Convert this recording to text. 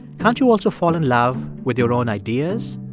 can't you also fall in love with your own ideas,